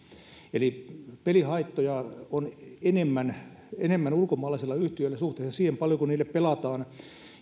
eli pelihaittoja on enemmän enemmän ulkomaalaisilla yhtiöillä suhteessa siihen paljonko niille pelataan